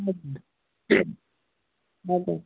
हजुर